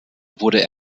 wurde